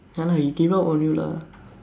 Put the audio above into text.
ya lah he gave up on you lah